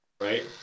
right